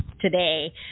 today